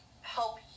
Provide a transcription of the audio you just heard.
help